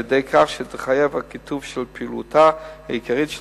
על-ידי כך שתחייב כיתוב של פעולתה העיקרית של